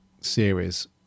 series